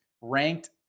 ranked